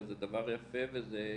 זה המצב.